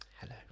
Hello